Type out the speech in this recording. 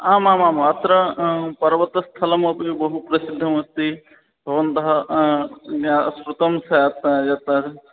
आम् आम् आम् अत्र पर्वतस्थलमपि बहुप्रसिद्धम् अस्ति भवन्तः ज्ञ श्रुतं स्यात् यत्